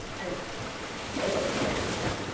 and it looks good. so